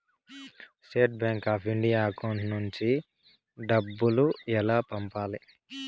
State bank of India account నుంచి డబ్బులు ఎలా పంపాలి?